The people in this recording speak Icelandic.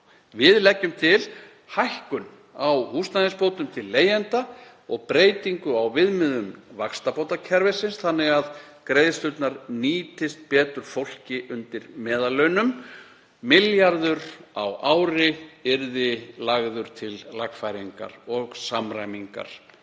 Við leggjum til hækkun á húsnæðisbótum til leigjenda og breytingu á viðmiðum vaxtabótakerfisins þannig að greiðslurnar nýtist betur fólki undir meðallaunum. Milljarður á ári yrði lagður til lagfæringar og samræmingar